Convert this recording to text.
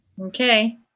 Okay